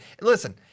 Listen